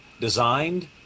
designed